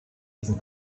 diesen